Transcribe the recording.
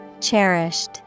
cherished